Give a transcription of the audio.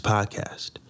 Podcast